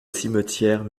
cimetière